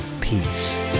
Peace